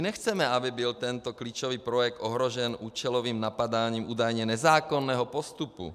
Nechceme, aby byl tento klíčový projekt ohrožen účelovým napadáním údajně nezákonného postupu.